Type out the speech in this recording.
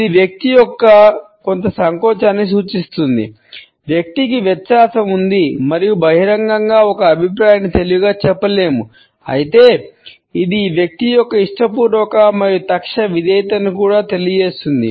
ఇది వ్యక్తి యొక్క కొంత సంకోచాన్ని సూచిస్తుంది వ్యక్తికి వ్యత్యాసం ఉంది మరియు బహిరంగంగా ఒక అభిప్రాయాన్ని తెలివిగా చెప్పలేము అయితే ఇది ఈ వ్యక్తి యొక్క ఇష్టపూర్వక మరియు తక్షణ విధేయతను కూడా తెలియజేస్తుంది